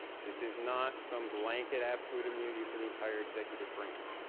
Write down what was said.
this is not some blanket absolute immunity for the entire executive branch.